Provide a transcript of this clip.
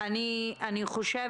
חני,